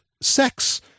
sex